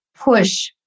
push